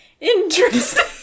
interesting